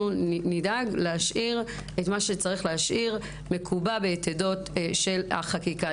אנחנו נדאג להשאיר את מה שצריך להשאיר מקובע ביתדות של החקיקה.